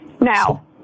now